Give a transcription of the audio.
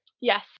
yes